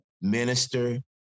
minister